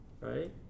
Right